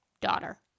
daughter